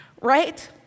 right